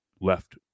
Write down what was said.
left